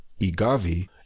igavi